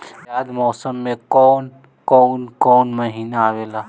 जायद मौसम में कौन कउन कउन महीना आवेला?